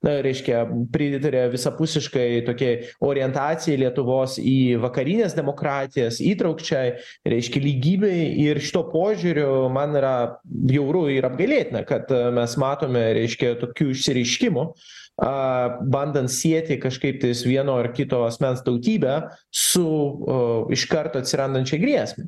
na reiškia pritaria visapusiškai tokiai orientacijai į lietuvos į vakarines demokratijas įtraukčiai reiškia lygybei ir šituo požiūriu man yra bjauru ir apgailėtina kad mes matome reiškia tokių išsireiškimų aaa bandant sieti kažkaip tais vieno ar kito asmens tautybę su ee iš karto atsirandančia grėsme